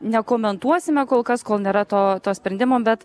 nekomentuosime kol kas kol nėra to to sprendimo bet